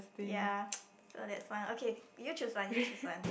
ya so that's why okay you choose one you choose one